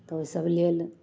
तऽ ओहिसभ लेल